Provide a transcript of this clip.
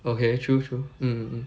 okay true true mm mm mm